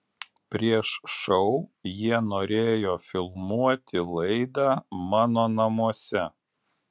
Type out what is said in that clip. prieš šou jie norėjo filmuoti laidą mano namuose